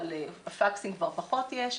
פקסים כבר פחות יש.